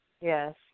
Yes